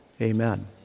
Amen